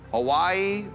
Hawaii